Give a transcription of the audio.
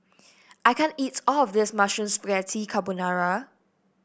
I can't eat all of this Mushroom Spaghetti Carbonara